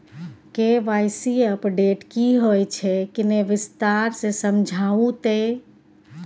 KYC update की होय छै किन्ने विस्तार से समझाऊ ते?